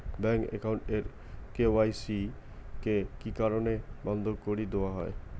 Bank account এর KYC কি কি কারণে বন্ধ করি দেওয়া হয়?